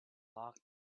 locked